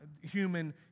human